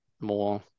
more